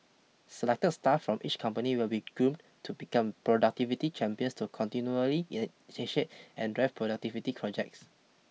selected staff from each company will be groomed to become productivity champions to continually initiate and drive productivity projects